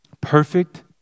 Perfect